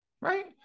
right